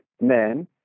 men